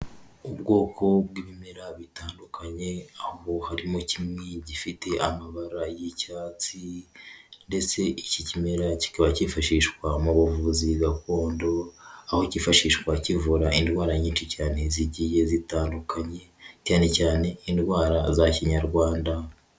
Ubwoko bw'ibimera bitandukanye, aho harimo kimwe gifite amabara y'icyatsi, ndetse iki kimera kikaba cyifashishwa mu buvuzi gakondo, aho cyifashishwa kivura indwara nyinshi cyane zigiye zitandukanye, cyane cyane indwara za kinyarwanda.